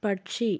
പക്ഷി